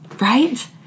right